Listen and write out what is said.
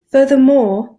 furthermore